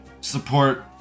support